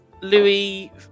Louis